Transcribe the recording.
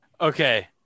Okay